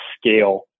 scale